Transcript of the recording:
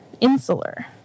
insular